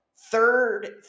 third